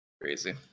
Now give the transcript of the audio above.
Crazy